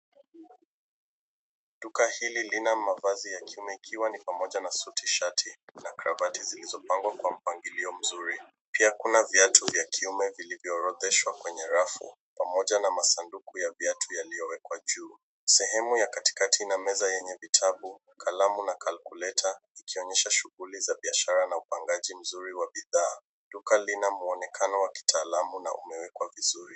Duka hili lina mavazi ya kiume ikiwa ni pamoja na suti, shati, na kravati zilizopangwa kwa mpangilio mzuri. Pia kuna viatu vya kiume vilivyoorodheshwa kwenye rafu pamoja na masanduku ya viatu yaliyowekwa juu. Sehemu ya katikati ina meza yenye vitabu, kalamu na calculate , ikionyesha shughuli za biashara na upangaji mzuri wa bidhaa. Duka lina mwonekano wa kitaalamu na umewekwa vizuri.